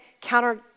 counter